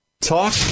Talk